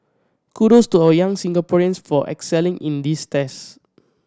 kudos to our young Singaporeans for excelling in these test